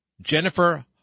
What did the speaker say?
Jennifer